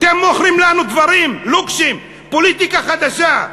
אתם מוכרים לנו דברים, לוקשים, פוליטיקה חדשה.